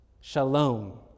shalom